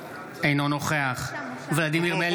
בעד מירב בן